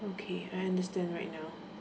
okay I understand right now